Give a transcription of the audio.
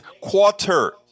quarter